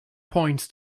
points